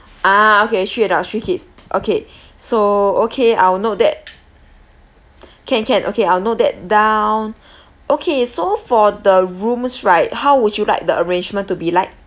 ah okay three adults three kids okay so okay I'll note that can can okay I'll note that down okay so for the rooms right how would you like the arrangement to be like